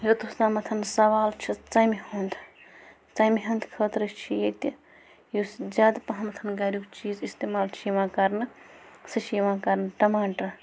یوٚتَتھ تامَتھ سوال چھُ ژَمہِ ہُنٛد ژَمہِ ہُنٛد خٲطرٕ چھِ ییٚتہِ یُس زیادٕ پَہمَتھ گَریُک چیٖز اِستعمال چھِ یِوان کَرنہٕ سُہ چھِ یِوان کَرنہٕ ٹماٹر